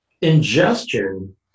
ingestion